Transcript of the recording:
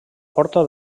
porta